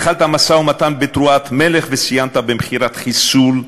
התחלת משא-ומתן בתרועת מלך וסיימת במכירת חיסול,